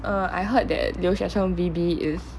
err I heard that 留学生 V_B is